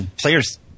players